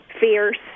fierce